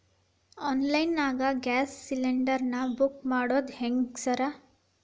Online ನಾಗ gas cylinder ನಾ book ಮಾಡೋದ್ ಹೆಂಗ್ರಿ ಸಾರ್?